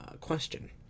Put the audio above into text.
question